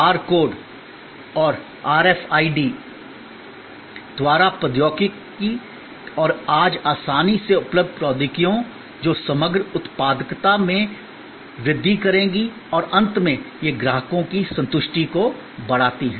बार code और RFID द्वारा प्रौद्योगिकी और आज आसानी से उपलब्ध प्रौद्योगिकियां जो समग्र उत्पादकता में वृद्धि करेंगी और अंत में यह ग्राहकों की संतुष्टि को बढ़ाती हैं